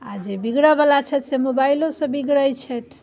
आओर जे बिगड़ैवला छथि मोबाइलोसँ बिगड़ै छथि